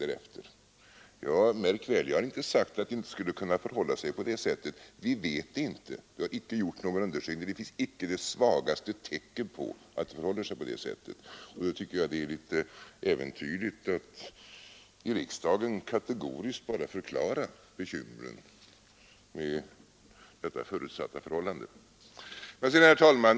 Jag har — märk väl! — inte sagt att det inte skulle kunna förhålla sig på det sättet, men vi vet det inte; det har icke gjorts någon undersökning om detta. Men eftersom det icke finns det svagaste tecken på att det förhåller sig så, tycker jag att det är litet äventyrligt att i riksdagen kategoriskt förklara bekymren med detta förutsatta förhållande.